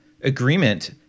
agreement